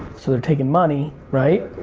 so they're taking money, right?